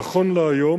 נכון להיום,